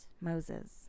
Moses